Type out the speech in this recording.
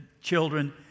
children